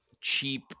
cheap